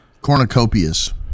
cornucopias